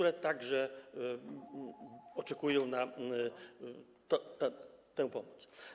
One także oczekują na tę pomoc.